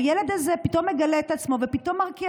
הילד הזה פתאום מגלה את עצמו ופתאום מרקיע